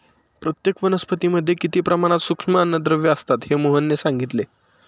प्रत्येक वनस्पतीमध्ये किती प्रमाणात सूक्ष्म अन्नद्रव्ये असतात हे मोहनने सांगितले